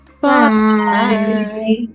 Bye